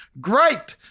Gripe